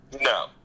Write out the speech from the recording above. No